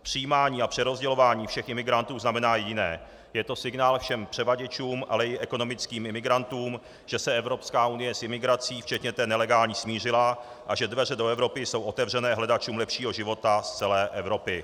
Přijímání a přerozdělování všech imigrantů znamená jediné: je to signál všem převaděčům, ale i ekonomickým imigrantům, že se Evropská unie s imigrací, včetně té nelegální, smířila a že dveře do Evropy jsou otevřené hledačům lepšího života z celé Evropy.